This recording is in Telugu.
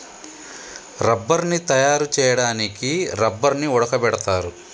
రబ్బర్ని తయారు చేయడానికి రబ్బర్ని ఉడకబెడతారు